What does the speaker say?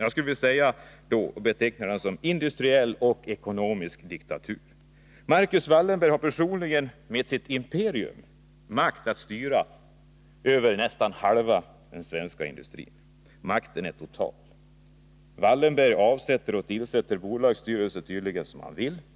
Jag skulle vilja beteckna den som industriell och ekonomisk diktatur. Marcus Wallenberg har personligen med sitt imperium makt att styra över nästan halva den svenska industrin. Makten är total. Wallenberg avsätter och tillsätter tydligen bolagsstyrelser som han vill.